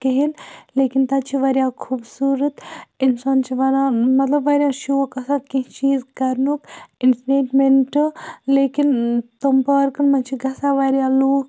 کِہیٖنۍ لیکن تَتہِ چھُ واریاہ خوٗبصوٗرت انسان چھُ ونان مطلب واریاہ شوق آسان کیٚنٛہہ چیٖز کَرنُک لیکن تِمن پارکَن مَنٛز چھِ گژھان واریاہ لوٗکھ